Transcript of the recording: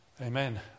Amen